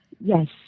Yes